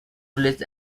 released